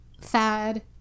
fad